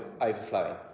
overflowing